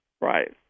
Right